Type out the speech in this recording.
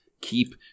Keep